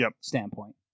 standpoint